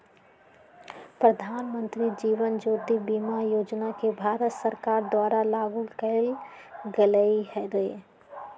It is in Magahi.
प्रधानमंत्री जीवन ज्योति बीमा योजना के भारत सरकार द्वारा लागू कएल गेलई र